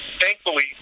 Thankfully